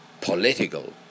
political